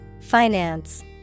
Finance